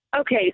Okay